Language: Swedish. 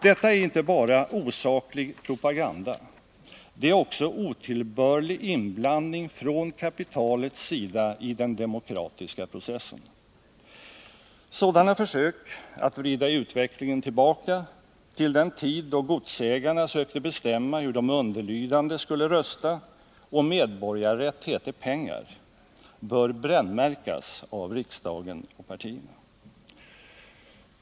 Detta är inte bara osaklig propaganda — det är också en otillbörlig inblandning från kapitalets sida i den demokratiska processen. Sådana försök att vrida utvecklingen tillbaka till den tid då godsägarna sökte bestämma hur de urderlydande skulle rösta och då medborgarrätt hette pengar bör brännmärkas av riksdagen och partierna.